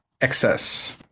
excess